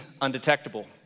undetectable